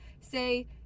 say